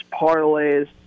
parlays